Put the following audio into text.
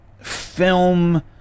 film